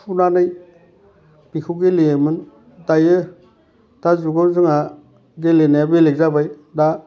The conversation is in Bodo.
थुनानै बेखौ गेलेयोमोन दायो दा जुगाव जोंहा गेलेनाया बेलेग जाबाय दा